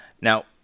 Now